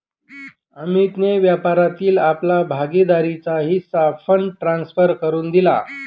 अमितने व्यापारातील आपला भागीदारीचा हिस्सा फंड ट्रांसफर करुन दिला